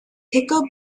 thicker